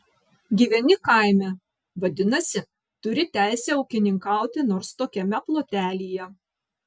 gyveni kaime vadinasi turi teisę ūkininkauti nors tokiame plotelyje